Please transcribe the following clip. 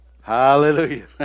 Hallelujah